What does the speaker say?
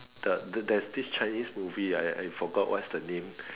the there there's this Chinese movie I I forgot what is the name